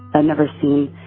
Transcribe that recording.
and never seen